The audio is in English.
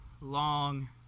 long